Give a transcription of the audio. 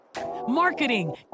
marketing